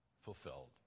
fulfilled